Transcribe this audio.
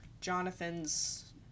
Jonathan's